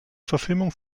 verfilmung